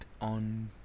on